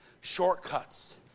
shortcuts